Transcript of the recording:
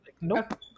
nope